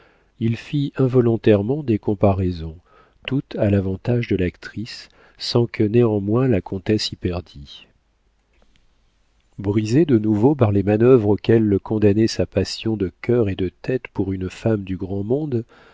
il fit involontairement des comparaisons toutes à l'avantage de l'actrice sans que néanmoins la comtesse y perdît brisé de nouveau par les manœuvres auxquelles le condamnait sa passion de cœur et de tête pour une femme du grand monde